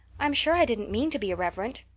i'm sure i didn't mean to be irreverent.